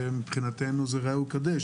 מבחינתנו זה ראה וקדש.